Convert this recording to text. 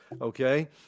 Okay